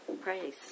praise